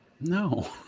no